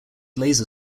laser